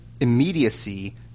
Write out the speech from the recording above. immediacy